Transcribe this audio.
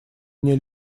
мне